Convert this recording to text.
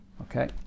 Okay